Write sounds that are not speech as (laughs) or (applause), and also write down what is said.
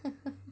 (laughs)